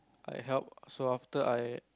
I help so after I